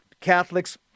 Catholics